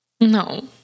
No